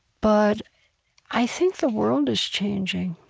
but i think the world is changing.